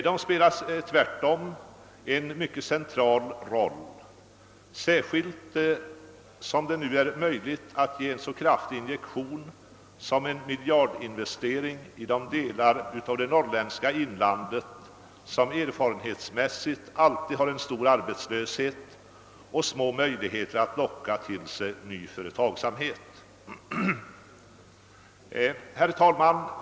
Det spelar tvärtom en mycket central roll, särskilt som det nu är möjligt att ge en så kraftig injektion som en miljardinvestering i de delar av det norrländska inlandet som erfarenhetsmässigt alltid har haft en stor arbetslöshet och små möjligheter att locka till sig ny företagsamhet. Herr talman!